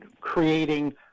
creating